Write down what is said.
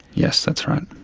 yes, that's right.